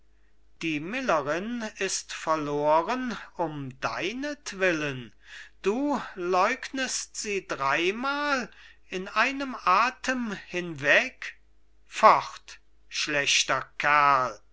miller ist ist verloren um deinetwillen die leugnest sie dreimal in einem athem hinweg fort schlechter kerl